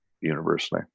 university